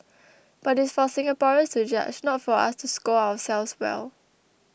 but it's for Singaporeans to judge not for us to score ourselves well